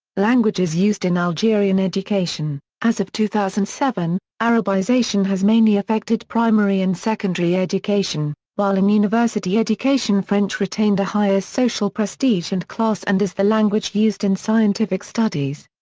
languages used in algerian education as of two thousand and seven, arabization has mainly affected primary and secondary education, while in university education french retained a higher social prestige and class and is the language used in scientific studies.